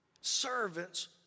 Servants